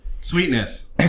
Sweetness